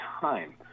time